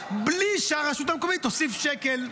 בלי שהרשות המקומית תוסיף שקל.